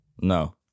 No